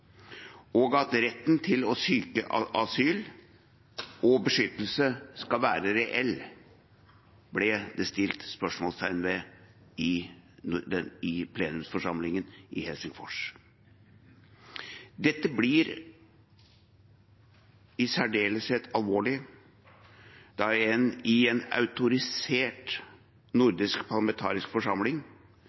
tradisjonen. At retten til å søke asyl og beskyttelse skal være reell, ble det stilt spørsmål ved i plenumsforsamlingen i Helsingfors. Dette blir i særdeleshet alvorlig når det i en autorisert nordisk parlamentarisk forsamling